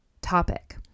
topic